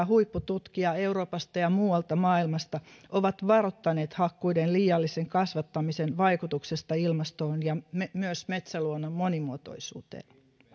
huippututkijaa euroopasta ja muualta maailmasta ovat varoittaneet hakkuiden liiallisen kasvattamisen vaikutuksesta ilmastoon ja myös metsäluonnon monimuotoisuuteen